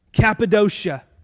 Cappadocia